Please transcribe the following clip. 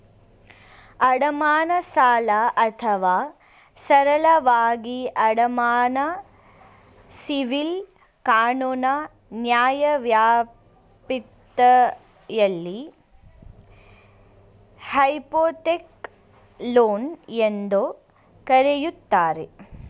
ಅಡಮಾನ ಸಾಲ ಅಥವಾ ಸರಳವಾಗಿ ಅಡಮಾನ ಸಿವಿಲ್ ಕಾನೂನು ನ್ಯಾಯವ್ಯಾಪ್ತಿಯಲ್ಲಿ ಹೈಪೋಥೆಕ್ ಲೋನ್ ಎಂದೂ ಕರೆಯುತ್ತಾರೆ